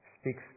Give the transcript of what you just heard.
speaks